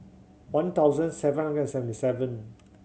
one thousand seven hundred and seventy seven